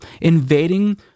invading